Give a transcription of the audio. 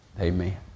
amen